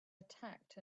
attacked